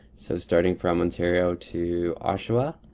so, starting from ontario to oshawa,